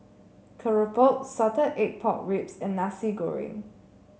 Keropok Salted Egg Pork Ribs and Nasi Goreng